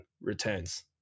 returns